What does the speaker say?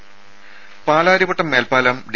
രെ പാലാരിവട്ടം മേൽപ്പാലം ഡി